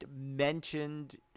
mentioned